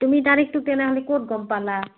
তুমি তাৰিখটো তেনেহ'লে ক'ত গম পালা